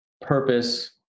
purpose